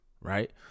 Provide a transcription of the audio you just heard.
Right